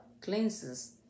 cleanses